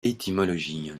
étymologie